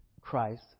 Christ